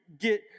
get